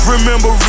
Remember